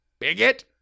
bigot